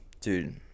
dude